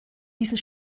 diesen